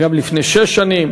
וגם לפני שש שנים,